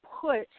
put